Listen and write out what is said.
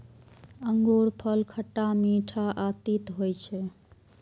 अंगूरफल खट्टा, मीठ आ तीत होइ छै